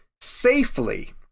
safely